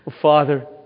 Father